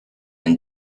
and